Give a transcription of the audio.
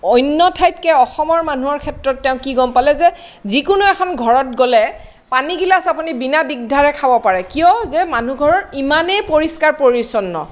অন্য ঠাইতকে অসমৰ মানুহৰ ক্ষেত্ৰত তেওঁ কি গম পালে যে যিকোনো এখন ঘৰত গ'লে পানী গিলাছ আপুনি বিনা দ্বিদ্ধাৰে খাব পাৰে কিয় য়ে মানুহঘৰৰ ইমানেই পৰিষ্কাৰ পৰিচ্ছন্ন